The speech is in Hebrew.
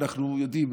אנחנו יודעים,